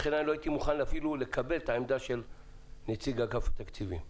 לכן לא הייתי מוכן לקבל אפילו את העמדה של נציג אגף התקציבים.